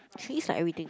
trees like everything